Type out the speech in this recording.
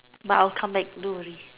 but I'll come back don't worry